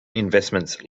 investments